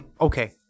Okay